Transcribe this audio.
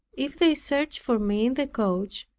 if they searched for me in the coach,